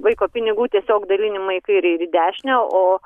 vaiko pinigų tiesiog dalinimą į kairę ir į dešinę o